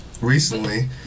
recently